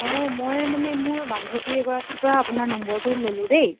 অঁ মই মানে মোৰ বান্ধৱী এগৰাকীৰ পৰা আপোনাৰ নম্বৰটো ল'লোঁ দেই